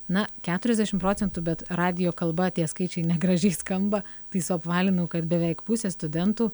na keturiasdešim procentų bet radijo kalba tie skaičiai negražiai skamba tai suapvalinau kad beveik pusė studentų